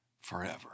forever